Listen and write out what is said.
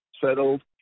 settled